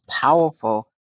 powerful